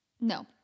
no